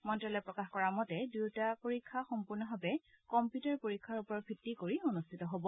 মন্ত্যালয়ে প্ৰকাশ কৰা মতে দুয়োটাই পৰীক্ষা সম্পূৰ্ণভাৱে কম্পিউটাৰ পৰীক্ষাৰ ওপৰত ভিত্তি কৰি অনুষ্ঠিত হ'ব